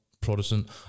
Protestant